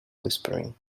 whispering